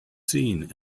seen